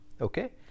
Okay